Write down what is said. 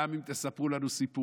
גם אם תספרו לנו סיפורים,